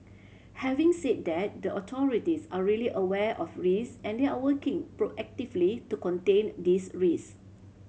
having said that the authorities are really aware of risk and they are working proactively to contain these risk